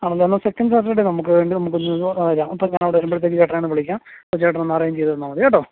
ആണല്ലേ എന്നാൽ second Saturday നമുക്ക് വേണ്ടി നമുക്ക് വരാം അപ്പോൾ ഞാൻ അവിടെ വരുമ്പോഴത്തേക്കും ചേട്ടനെ ഒന്ന് വിളിക്കാം അപ്പോൾ ചേട്ടൻ ഒന്ന് അറേഞ്ച് ചെയ്തുതന്നാൽ മതി കേട്ടോ